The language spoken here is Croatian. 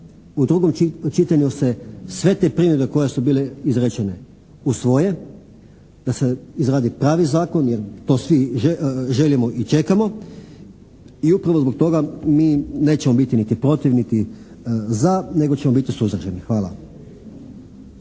u drugom čitanju se sve te primjedbe koje su bile izrečene usvoje, da se izradi pravi zakon jer to svi želimo i čekamo i upravo zbog toga mi nećemo biti niti protiv niti za nego ćemo biti suzdržani. Hvala.